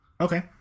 Okay